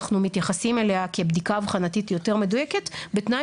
אנחנו מתייחסים אליה כבדיקה אבחנתית יותר מדויקת בתנאי